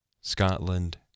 Scotland